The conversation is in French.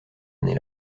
année